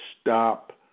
stop